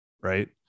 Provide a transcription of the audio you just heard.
right